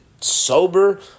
Sober